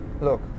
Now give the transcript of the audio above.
Look